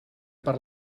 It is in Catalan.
per